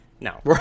No